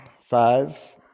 five